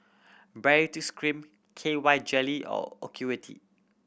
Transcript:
Baritex Cream K Y Jelly or Ocuvite